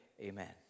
amen